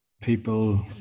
people